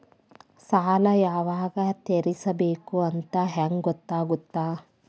ಸಾಲ ಯಾವಾಗ ತೇರಿಸಬೇಕು ಅಂತ ಹೆಂಗ್ ಗೊತ್ತಾಗುತ್ತಾ?